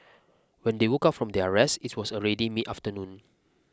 when they woke up from their rest it was already midafternoon